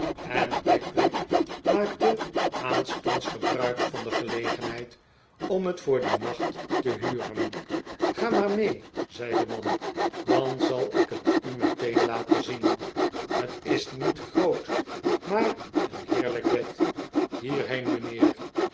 en pickwick maakte aanstonds gebruik van de gelegenheid om het voor dien nacht te huren ga maar mee zei de man dan zal ik het u meteen laten zien het is niet groot maar een heerlijk bed hierheen mijnheer